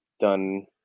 done